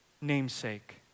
namesake